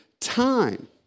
time